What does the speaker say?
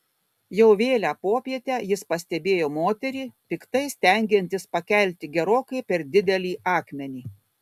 jau vėlią popietę jis pastebėjo moterį piktai stengiantis pakelti gerokai per didelį akmenį